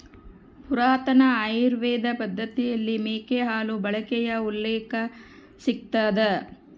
ಪುರಾತನ ಆಯುರ್ವೇದ ಪದ್ದತಿಯಲ್ಲಿ ಮೇಕೆ ಹಾಲು ಬಳಕೆಯ ಉಲ್ಲೇಖ ಸಿಗ್ತದ